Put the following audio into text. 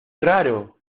raro